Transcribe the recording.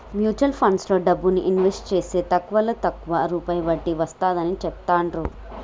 mutual ఫండ్లలో డబ్బుని invest జేస్తే తక్కువలో తక్కువ రూపాయి వడ్డీ వస్తాడని చెబుతాండ్రు